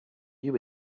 you